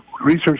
research